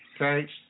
Okay